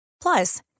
Plus